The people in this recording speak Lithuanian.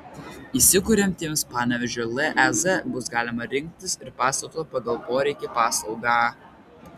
įsikuriantiems panevėžio lez bus galima rinktis ir pastato pagal poreikį paslaugą